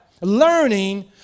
Learning